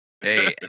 hey